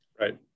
Right